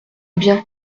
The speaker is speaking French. bien